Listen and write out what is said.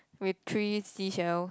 with three seashells